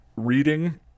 reading